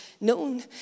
known